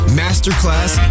masterclass